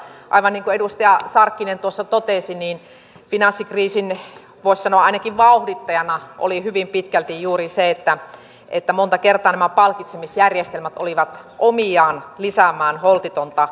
aivan niin kuin edustaja sarkkinen tuossa totesi niin finanssikriisin voisi sanoa ainakin vauhdittajana oli hyvin pitkälti juuri se että monta kertaa nämä palkitsemisjärjestelmät olivat omiaan lisäämään holtitonta riskinottoa